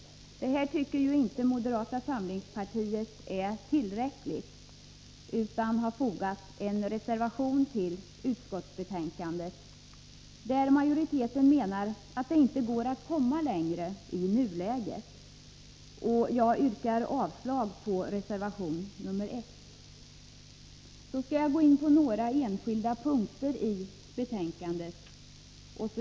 Detta tycker inte moderata samlingspartiet är tillräckligt utan har fogat en reservation till utskottsbetänkandet. Majoriteten menar att det inte går att komma längre i nuläget. Jag yrkar därför avslag på reservation 1. Så skall jag gå in på några enskilda punkter i betänkandet.